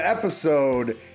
episode